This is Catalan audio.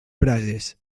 brases